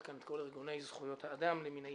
כאן את כל ארגוני זכויות האדם למיניהם.